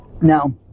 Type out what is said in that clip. now